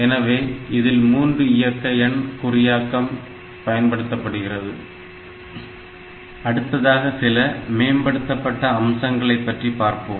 எனவே இதில் மூன்று இயக்கு எண் குறியாக்கம் பயன்படுத்தப்படுகிறது அடுத்ததாக சில மேம்படுத்தப்பட்ட அம்சங்களைப் பற்றி பார்ப்போம்